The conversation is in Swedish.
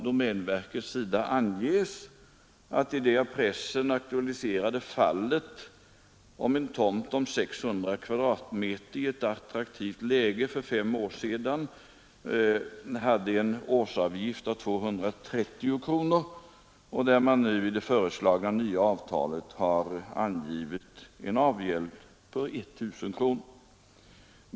Domänverket anger att i det av pressen aktualiserade fallet med en tomt på 600 kvadratmeter med attraktivt läge var årsavgiften för fem år sedan 230 kronor, medan avgälden enligt det föreslagna nya avtalet blir 1 000 kronor.